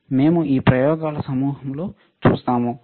మేము ఈ ప్రయోగాల సమూహంలో చూస్తాము